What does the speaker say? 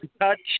touch